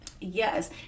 Yes